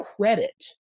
credit